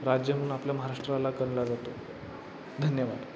राज्य म्हणून आपल्या महाराष्ट्राला गणला जातो धन्यवाद